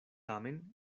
tamen